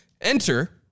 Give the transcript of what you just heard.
Enter